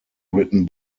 written